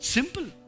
Simple